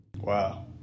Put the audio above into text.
Wow